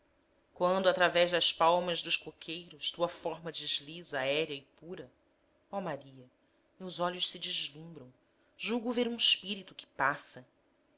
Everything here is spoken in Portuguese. quando através das palmas dos coqueiros tua forma desliza aérea e pura ó maria meus olhos se deslumbram julgo ver um espírito que passa